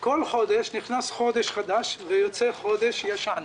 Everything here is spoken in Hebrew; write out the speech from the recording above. בכל חודש נכנס חודש חדש ויוצא חודש ישן,